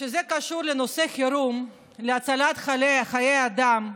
כשזה קשור לנושא חירום, להצלת חיי אדם,